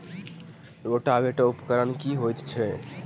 Rotavator उपकरण की हएत अछि?